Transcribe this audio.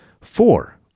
Four